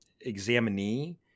examinee